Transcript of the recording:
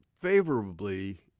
favorably